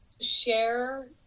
share